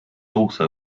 also